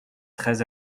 très